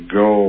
go